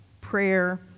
prayer